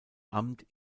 amt